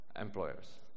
employers